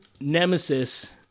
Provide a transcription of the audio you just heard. nemesis